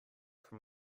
for